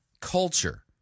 culture